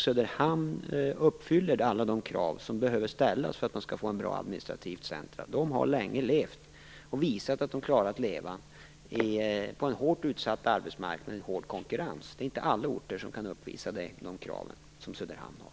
Söderhamn uppfyller alla de krav som behöver ställas för att man skall få ett bra administrativt centrum. Söderhamnsborna har länge levt, och visat att de klarar att leva, på en hårt utsatt arbetsmarknad i hård konkurrens. Det är inte alla orter som kan uppfylla de krav som Söderhamn gör.